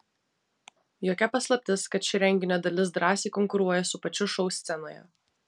jokia paslaptis kad ši renginio dalis drąsiai konkuruoja su pačiu šou scenoje